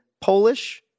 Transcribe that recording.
Polish